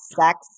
sex